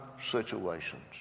situations